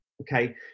okay